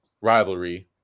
rivalry